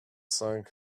cinq